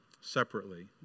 separately